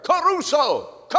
caruso